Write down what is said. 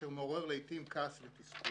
אשר לעתים מעורר כעס ותסכול.